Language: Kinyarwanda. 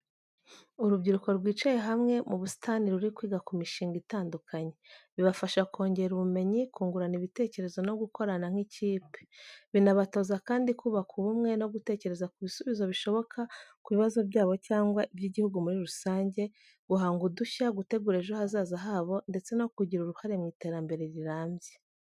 Urubyiruko rwicaye hamwe mu busitani ruri kwiga ku mishinga itandukanye. Bibafasha kongera ubumenyi, kungurana ibitekerezo no gukorana nk'ikipe. Binabatoza kandi kubaka ubumwe, no gutekereza ku bisubizo bishoboka ku bibazo byabo cyangwa iby’igihugu muri rusange, guhanga udushya, gutegura ejo hazaza habo ndetse no kugira uruhare mu iterambere rirambye.